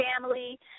family